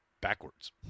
backwards